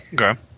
Okay